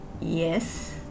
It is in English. Yes